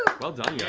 well done, guys.